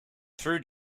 through